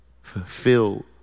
fulfilled